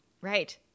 Right